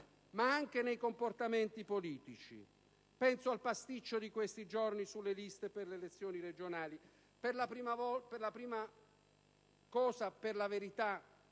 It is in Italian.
ma anche nei comportamenti politici. Penso al pasticcio di questi giorni sulle liste per le elezioni regionali. La prima cosa che, per la verità,